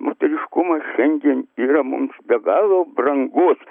moteriškumas šiandien yra mums be galo brangus